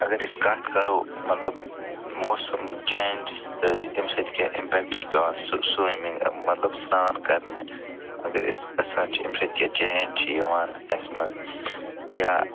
اگر أسۍ کَتھ کَرَو مطلب موسَم چینجٕز سۭتۍ اَمہِ سۭتۍ کیٛاہ اِمپٮ۪کٹ چھِ پٮ۪وان سُہ سُوِمنٛگ مطلب سرٛان کرنہٕ اگر أسۍ گژھان چھِ اَمہِ سۭتۍ کیٛاہ چینج چھِ یِوان اَسہِ منٛز یا